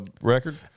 record